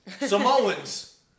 Samoans